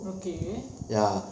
okay